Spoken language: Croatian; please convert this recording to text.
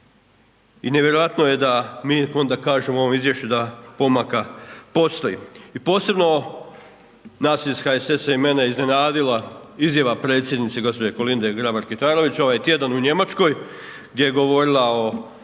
I nevjerojatno je da mi onda kažemo u ovom izvješću da pomaka postoji. I posebno nas iz HSS-a i mene iznenadila izjava predsjednice gospođe Kolinde Grabar Kitarović ovaj tjedan u Njemačkoj gdje je govorila o